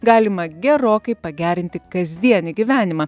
galima gerokai pagerinti kasdienį gyvenimą